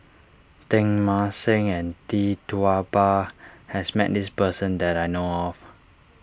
Teng Mah Seng and Tee Tua Ba has met this person that I know of